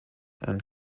and